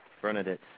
Bernadette